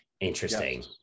Interesting